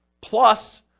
plus